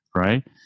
right